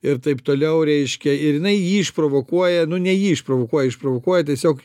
ir taip toliau reiškia ir jinai jį išprovokuoja nu ne jį išprovokuoja išprovokuoja tiesiog